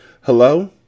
Hello